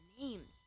names